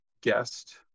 guest